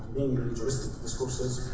being restricted discourses,